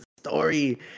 story